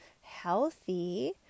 healthy